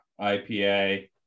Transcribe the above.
IPA